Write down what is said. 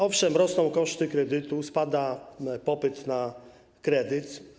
Owszem, rosną koszty kredytu, spada popyt na kredyt.